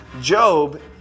Job